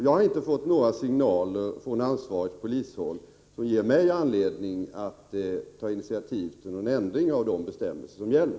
Jag har inte fått några signaler från ansvarigt polishåll som ger mig anledning att ta initiativ till någon ändring av de bestämmelser som gäller.